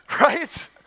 right